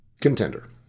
contender